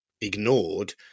ignored